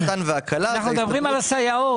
החתן והכלה זה ההסתדרות --- אנחנו מדברים על הסייעות,